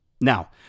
Now